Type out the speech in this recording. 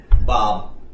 Bob